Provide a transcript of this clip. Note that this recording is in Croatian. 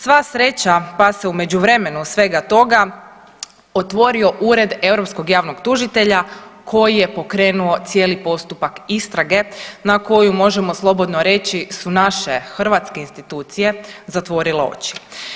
Sva sreća pa se u međuvremenu svega toga otvorio Ured europskog javnog tužitelja koji je pokrenuo cijeli postupak istrage na koju možemo slobodno reći su naše hrvatske institucije zatvorile oči.